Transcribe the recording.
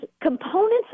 components